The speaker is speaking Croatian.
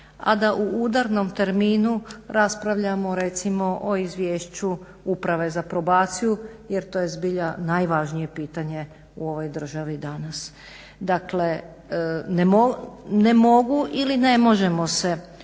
a da u udarnom terminu raspravljamo recimo o izvješću Uprave za probaciju jer to je zbilja najvažnije pitanje u ovoj državi danas. Dakle ne mogu ili ne možemo se